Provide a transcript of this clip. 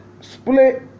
split